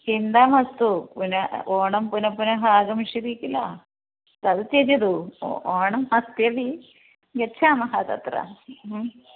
चिन्ता मास्तु पुनः ओणं पुनः पुनः आगमिष्यति किल तद् त्यजतु ओणम् अस्ति अपि गेच्छामः तत्र